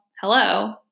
hello